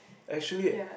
actually